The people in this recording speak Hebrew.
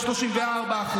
ב-34%.